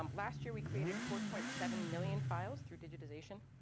um last year we created four point seven million files through digitization,